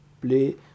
play